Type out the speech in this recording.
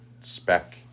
spec